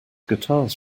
guitars